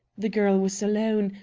the girl was alone,